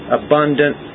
abundant